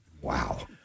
Wow